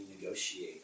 negotiate